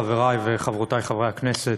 חברי וחברותי חברי הכנסת,